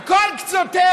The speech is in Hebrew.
על כל קצותיה,